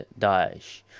Daesh